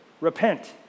Repent